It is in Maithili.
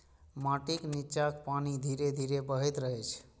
माटिक निच्चाक पानि धीरे धीरे बहैत रहै छै